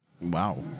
Wow